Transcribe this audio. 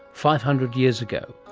five hundred years ago.